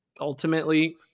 ultimately